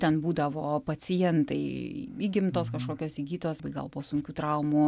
ten būdavo pacientai įgimtos kažkokios įgytos gal po sunkių traumų